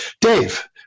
Dave